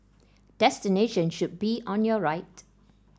destination should be on your right